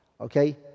Okay